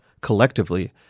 collectively